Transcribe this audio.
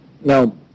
Now